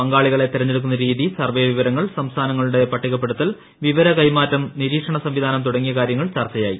പങ്കാളികളെ തെരഞ്ഞെടുക്കുന്ന രീതി സർവെ വിവരങ്ങൾ സംസ്ഥാനങ്ങളുടെ പട്ടികപ്പെടുത്തൽ വിവര കൈമാറ്റം നിരീക്ഷണ സംവിധാനം തുടങ്ങിയ കാര്യങ്ങളിൽ ചർച്ചയായി